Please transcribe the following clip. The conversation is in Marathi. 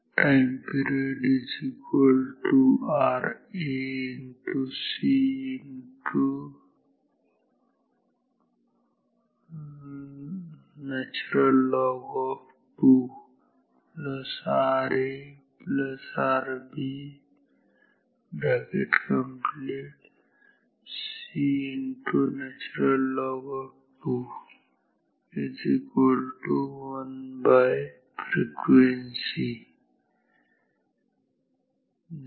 Time period Ra C ln2 RaRb C ln2 1frequency